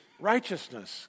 righteousness